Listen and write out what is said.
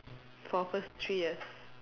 for first three years